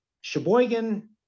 Sheboygan